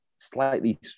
slightly